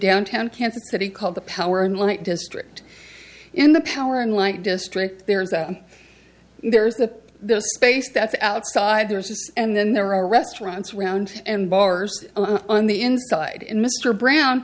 downtown kansas city called the power and light district in the power and light district there is that there's the space that's outside there's just and then there are restaurants around and bars on the inside and mr brown